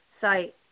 site